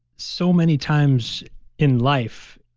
so many times in life,